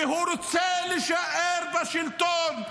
כי הוא רוצה להישאר בשלטון.